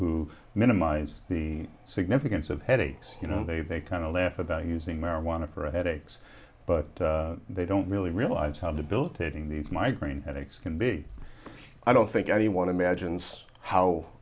who minimize the significance of headaches you know they they kind of laugh about using marijuana for headaches but they don't really realize how debilitating these migraine headaches can be i don't think anyone imagines how